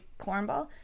cornball